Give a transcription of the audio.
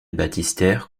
baptistère